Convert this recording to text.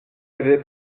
avait